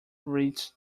reads